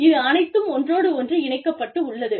இது அனைத்தும் ஒன்றோடொன்று இணைக்கப்பட்டுள்ளது